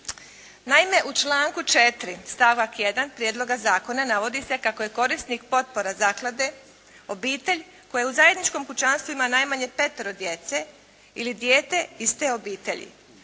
Naime, u članku 4. stavak 1. prijedloga zakona navodi se kako je korisnik potpora zaklade obitelj koja u zajedničkom kućanstvu ima najmanje petero djece ili dijete iz te obitelji